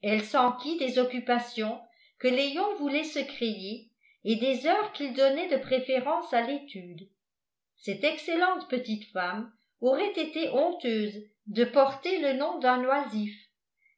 elle s'enquit des occupations que léon voulait se créer et des heures qu'il donnait de préférence à l'étude cette excellente petite femme aurait été honteuse de porter le nom d'un oisif